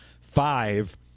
five